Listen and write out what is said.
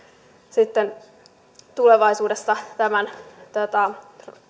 tulevaisuudessa tämän